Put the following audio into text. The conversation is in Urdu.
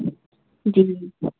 جی